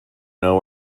know